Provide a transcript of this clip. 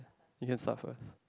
you can start first